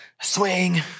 swing